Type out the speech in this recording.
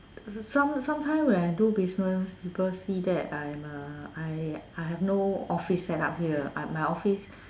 some sometimes when I do business people see that I am a I I have no office set up here I my office